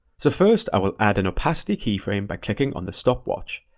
so first, i will add an opacity keyframe by clicking on the stopwatch.